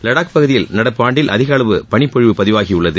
லடாக் பகுதியில் நடப்பு ஆண்டில் அதிக அளவு பளிப்பொழிவு பதிவாகியுள்ளது